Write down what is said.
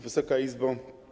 Wysoka Izbo!